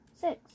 six